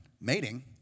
mating